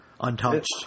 untouched